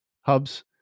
Hubs